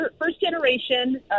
first-generation